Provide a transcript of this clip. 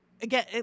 Again